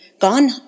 gone